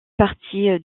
partis